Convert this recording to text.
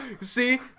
See